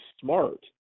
smart